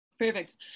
Perfect